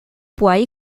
poids